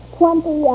twenty